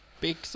Big